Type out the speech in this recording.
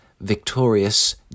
victorious